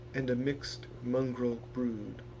and a mix'd mungril brood.